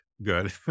Good